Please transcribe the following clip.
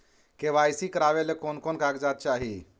KYC करावे ले कोन कोन कागजात चाही?